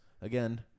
again